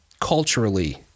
culturally